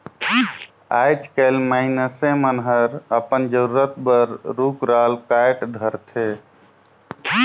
आयज कायल मइनसे मन हर अपन जरूरत बर रुख राल कायट धारथे